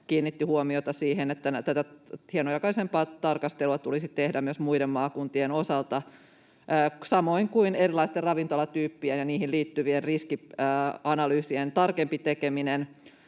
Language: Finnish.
kiinnitti huomiota siihen, että tätä hienojakoisempaa tarkastelua tulisi tehdä myös muiden maakuntien osalta, samoin kuin tarkemmin erilaisten ravintolatyyppien ja niihin liittyvien riskianalyysien osalta. Sitten